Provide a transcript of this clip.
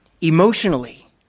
Emotionally